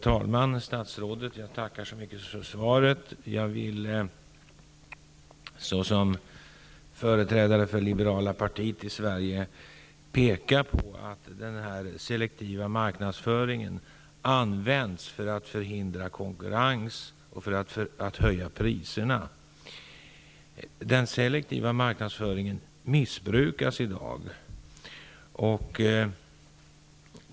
Herr talman! Jag tackar statsrådet för svaret. Såsom företrädare för liberala partiet i Sverige vill jag peka på att den selektiva marknadsföringen används för att förhindra konkurrens och för att höja priserna. Den selektiva marknadsföringen missbrukas i dag.